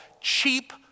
cheap